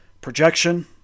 Projection